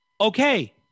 okay